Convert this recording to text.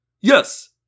Yes